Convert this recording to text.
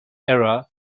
era